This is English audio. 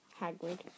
Hagrid